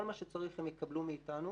כל מה שצריך הם יקבלו מאיתנו